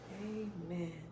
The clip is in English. Amen